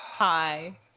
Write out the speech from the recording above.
Hi